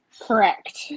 correct